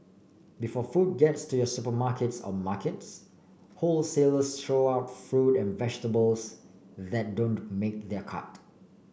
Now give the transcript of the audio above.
before food gets to your supermarkets or markets wholesalers throw out fruit and vegetables that don't make their cut